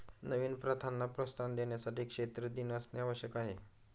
नवीन प्रथांना प्रोत्साहन देण्यासाठी क्षेत्र दिन असणे आवश्यक आहे